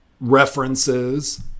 references